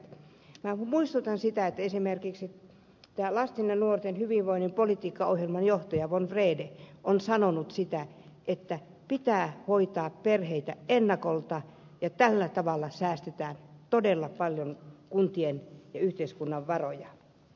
minä muistutan siitä että esimerkiksi lasten ja nuorten hyvinvoinnin politiikkaohjelman johtaja von wrede on sanonut että pitää hoitaa perheitä ennakolta ja tällä tavalla säästetään todella paljon kuntien ja yhteiskunnan varoja